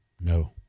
No